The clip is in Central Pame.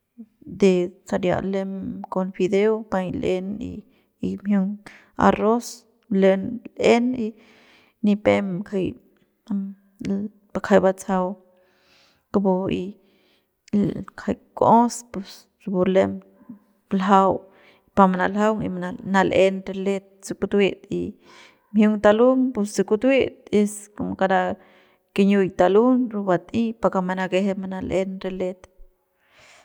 De saria lem con fideo paiñ l'en y y mjiung arroz lem l'en y nipem ngajai bakjai batsajau kupu y kjai kuos pus rapu lem ljau pa manaljaung y manal'en re let se kutuet y mjiung talung puse kutuet es kara kiñiuk talun rapu bat'ey pake manakeje manal'en re let.